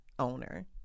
Owner